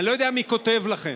אני לא יודע מי כותב לכם,